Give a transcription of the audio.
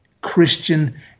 Christian